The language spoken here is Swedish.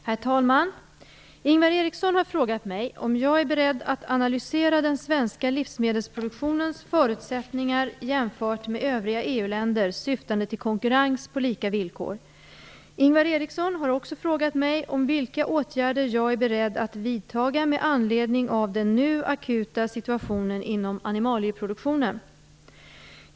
Herr talman! Ingvar Eriksson har frågat mig om jag är beredd att analysera den svenska livsmedelsproduktionens förutsättningar jämfört med övriga EU-länders i syfte att uppnå konkurrens på lika villkor. Ingvar Eriksson har också frågat mig vilka åtgärder jag är beredd att vidta med anledning av den nu akuta situationen inom animalieproduktionen.